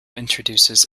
introduces